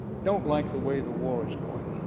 don't like the way the war is going,